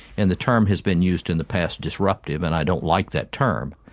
and the term has been used in the past disruptive and i don't like that term,